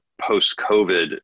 post-COVID